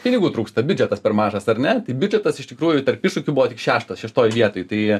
pinigų trūksta biudžetas per mažas ar ne tai biudžetas iš tikrųjų tarp iššūkių buvo tik šeštas šeštoj vietoj tai